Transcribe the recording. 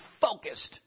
focused